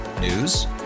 News